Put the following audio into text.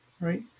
Right